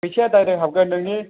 फैसाया डाइरेक्ट हाबगोन नोंनि